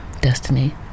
Destiny